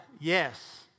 yes